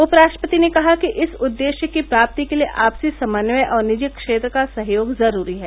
उपराष्ट्रपति ने कहा कि इस उद्देश्य की प्राप्ति के लिए आपसी समन्वय और निजी क्षेत्र का सहयोग जरूरी है